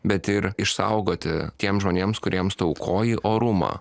bet ir išsaugoti tiems žmonėms kuriems tu aukoji orumą